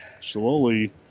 Slowly